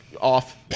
off